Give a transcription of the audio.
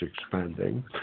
expanding